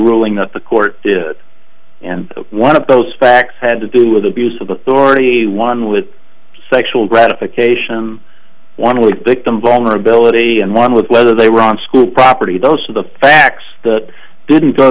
ruling that the court did it and one of those facts had to do with abuse of authority one with sexual gratification one with victim vulnerability and one with whether they were on school property dose of the facts that didn't go